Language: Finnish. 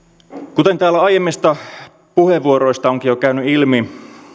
kuten täällä aiemmista puheenvuoroista onkin jo käynyt ilmi